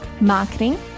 marketing